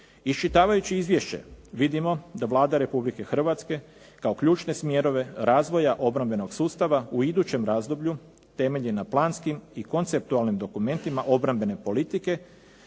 Iščitavajući izvješće vidimo da Vlada Republike Hrvatske kao ključne smjerove razvoja obrambenog sustava u idućem razdoblju temelji na planskim i konceptualnim dokumentima obrambene politike,